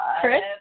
Chris